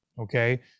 Okay